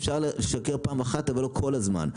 אפשר לשקר פעם אחת אבל לא כל הזמן.